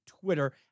Twitter